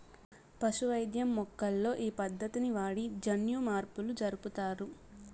పశు వైద్యం మొక్కల్లో ఈ పద్దతిని వాడి జన్యుమార్పులు జరుపుతారు